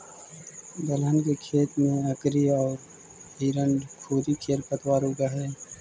दलहन के खेत में अकरी औउर हिरणखूरी खेर पतवार उगऽ हई